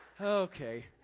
Okay